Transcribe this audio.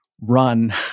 run